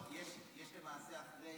סיעת ש"ס.